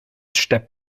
steppt